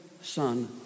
son